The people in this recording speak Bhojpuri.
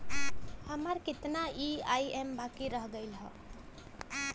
हमार कितना ई ई.एम.आई बाकी रह गइल हौ?